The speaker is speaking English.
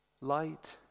light